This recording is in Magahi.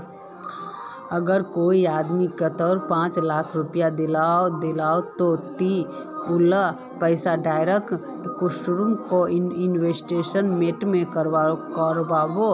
अगर कोई आदमी कतेक पाँच लाख रुपया दिले ते ती उला पैसा डायरक कुंसम करे इन्वेस्टमेंट करबो?